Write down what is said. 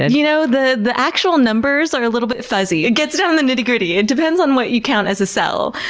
and you know the the actual numbers are a little bit fuzzy. it gets down to the nitty-gritty. it depends on what you count as a cell.